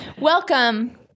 Welcome